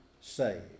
saved